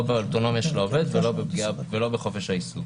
לא באוטונומיה של העובד ולא בחופש העיסוק.